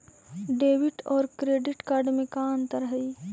Debit और credit card में का अंतर हइ?